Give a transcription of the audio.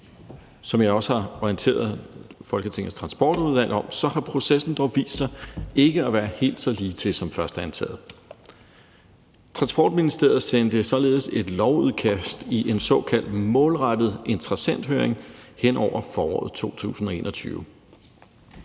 Som jeg også har orienteret Folketingets Transportudvalg om, har processen dog vist sig ikke at være helt så ligetil som først antaget. Transportministeriet sendte således et lovudkast i en såkaldt målrettet interessenthøring hen over foråret 2021.